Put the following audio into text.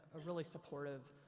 a really supportive